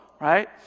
right